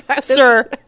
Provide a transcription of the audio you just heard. Sir